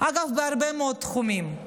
אגב, בהרבה מאוד תחומים: